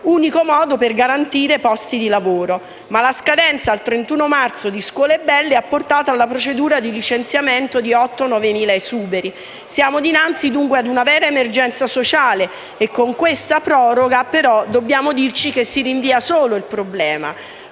unico modo per garantire posti di lavoro. Eppure, la scadenza al 31 marzo di scuole belle ha portato alla procedura di licenziamento di 8.000-9.000 esuberi. Siamo dinanzi, dunque, ad una vera emergenza sociale e con questa proroga, però, dobbiamo dirci che semplicemente si rinvia il problema.